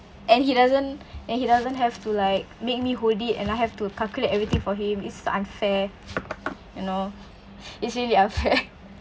and he doesn't and he doesn't have to like make me hold it and I have to calculate everything for him is so unfair you know it's really unfair